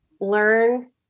learn